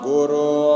Guru